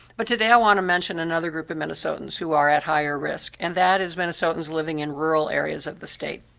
but today i want to mention another group of minnesotans who are at higher risk and that is minnesotans living in rural areas of the state.